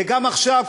וגם עכשיו,